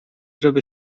żeby